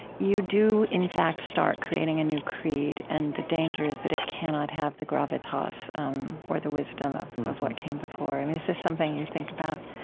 you do, in fact, start creating a new creed and the danger is that it cannot have the gravitas um or the wisdom of of what came before. is this something you think about?